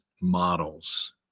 models